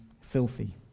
filthy